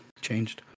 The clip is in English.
changed